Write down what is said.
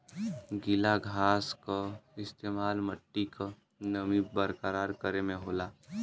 गीला घास क इस्तेमाल मट्टी क नमी बरकरार करे में होला